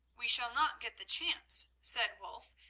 we shall not get the chance, said wulf,